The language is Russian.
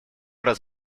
раз